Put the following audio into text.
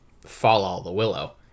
fall-all-the-willow